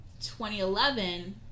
2011